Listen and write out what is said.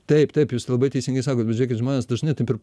taip taip jūs labai teisingai sakot bet žiūrėkit žmonės dažnai taip ir